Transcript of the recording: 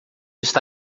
está